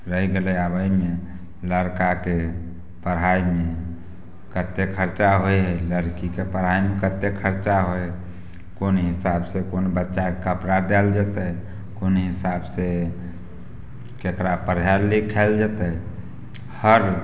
रहि गेलै आब अइमे लड़काके पढ़ाइमे कते खर्चा होइ हइ लड़कीके पढ़ाइमे कते खर्चा होइ कोन हिसाबसे कोन बच्चाके कपड़ा देल जेतय कोन हिसाबसँ ककरा पढ़ायल लिखायल जेतय हर